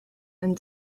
and